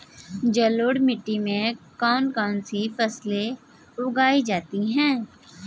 जलोढ़ मिट्टी में कौन कौन सी फसलें उगाई जाती हैं?